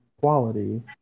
quality